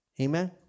Amen